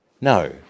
No